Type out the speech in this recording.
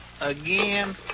Again